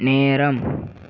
நேரம்